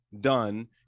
done